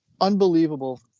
unbelievable